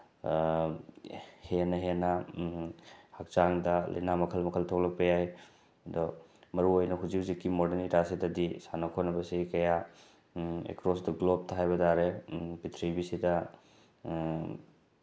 ꯍꯦꯟꯅ ꯍꯦꯟꯅ ꯍꯛꯆꯥꯡꯗ ꯂꯥꯏꯅꯥ ꯃꯈꯜ ꯃꯈꯜ ꯊꯣꯛꯂꯛꯄ ꯌꯥꯏ ꯑꯗꯣ ꯃꯔꯨꯑꯣꯏꯅ ꯍꯧꯖꯤꯛ ꯍꯧꯖꯤꯛ ꯃꯣꯔꯗꯟ ꯏꯔꯥꯁꯤꯗꯗꯤ ꯁꯥꯟꯅ ꯈꯣꯠꯅꯕꯁꯤ ꯀꯌꯥ ꯑꯦꯀ꯭ꯔꯣꯁ ꯗ ꯒ꯭ꯂꯣꯕ ꯍꯥꯏꯕ ꯇꯥꯔꯦ ꯄ꯭ꯔꯤꯊꯤꯕꯤꯁꯤꯗ